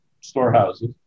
storehouses